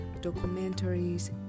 documentaries